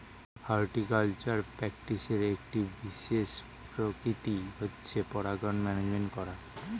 horticultural প্র্যাকটিসের একটি বিশেষ প্রকৃতি হচ্ছে পরাগায়ন ম্যানেজমেন্ট করা